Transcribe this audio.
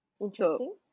Interesting